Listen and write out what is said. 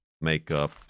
makeup